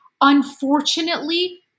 Unfortunately